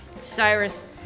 Cyrus